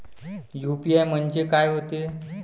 UPI म्हणजे का होते?